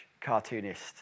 cartoonist